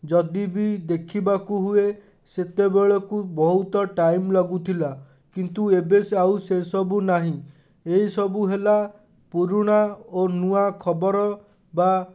ଯଦି ବି ଦେଖିବାକୁ ହୁଏ ସେତେବେଳକୁ ବହୁତ ଟାଇମ୍ ଲାଗୁଥିଲା କିନ୍ତୁ ଏବେ ସେ ଆଉ ସେସବୁ ନାହିଁ ଏହିସବୁ ହେଲା ପୁରୁଣା ଓ ନୂଆ ଖବର ବା